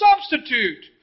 substitute